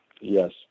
Yes